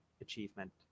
achievement